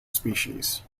species